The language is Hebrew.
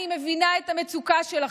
אני מבינה את המצוקה שלכם.